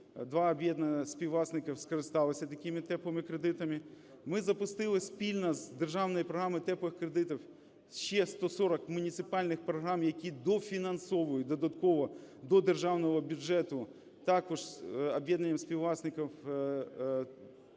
362 об'єднання співвласників скористалися такими "теплими" кредитами. Ми запустили спільно з державною програмою "теплих" кредитів ще 140 муніципальних програм, які дофінансовують додатково до державного бюджету також об'єднання співвласників